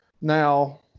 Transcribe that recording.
now